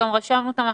גם רשמנו אותן,